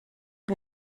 wir